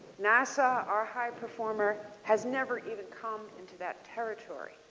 nasa our high performer has never even come into that territory.